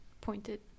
pointed